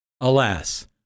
Alas